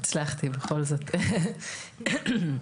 שלום.